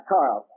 Carl